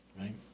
right